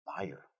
buyer